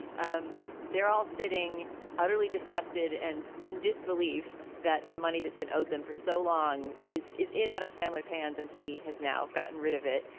um they're all sitting utterly disgusted and in disbelief that the money that's been owed them for so long is is in adam sandler's hands and he has now gotten rid of it.